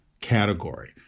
category